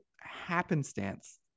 happenstance